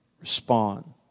respond